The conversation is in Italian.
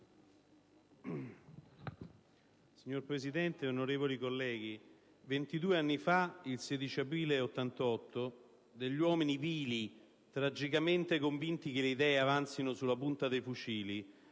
Signor Presidente, ventidue anni fa, il 16 aprile 1988, degli uomini vili, tragicamente convinti che le idee avanzino sulla punta dei fucili,